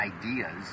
ideas